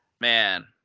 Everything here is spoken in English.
man